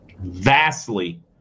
vastly